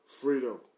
freedom